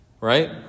Right